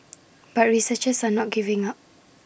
but researchers are not giving up